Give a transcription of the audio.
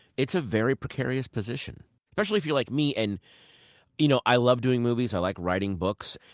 it's a very precarious position especially if you're like me. and you know, i love doing movies, i like writing books,